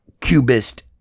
cubist